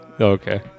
Okay